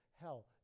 hell